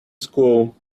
school